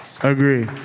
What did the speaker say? agree